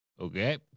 okay